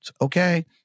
Okay